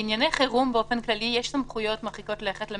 בענייני חירום יש לשלטון המרכזי סמכויות מרחיקות לכת.